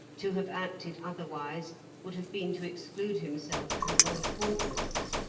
to have acted otherwise would have been to exclude himself from all appointments.